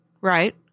Right